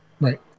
Right